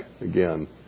again